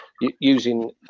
using